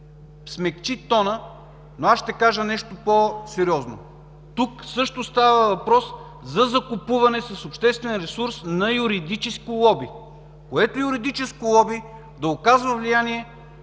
смекчи тона, но аз ще кажа нещо по-сериозно. Тук също става въпрос за закупуване с обществен ресурс на юридическо лоби, което юридическо лоби да оказва влияние